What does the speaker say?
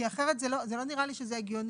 כי אחרת זה לא נראה לי שזה הגיוני,